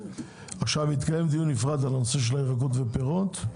עכשיו, יתקיים דיון נפרד על נושא הירקות והפירות.